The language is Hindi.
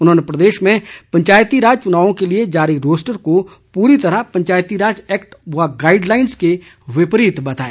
उन्होंने प्रदेश में पंचायती राज चुनाव के लिए जारी रोस्टर को पूरी तरह पंचायती राज एक्ट व गाइडलाइंस के विपरीत बताया